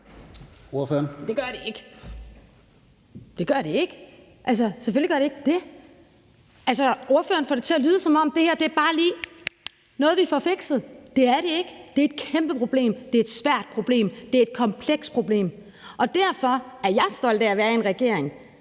Rosa Eriksen (M): Det gør det ikke. Selvfølgelig gør det ikke det. Ordføreren får det til at lyde, som om det her bare lige er noget, vi får fikset. Det er det ikke. Det er et kæmpeproblem. Det er et svært problem, et komplekst problem. Derfor er jeg stolt af at være i en regering